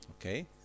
Okay